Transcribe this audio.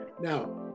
Now